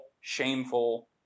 shameful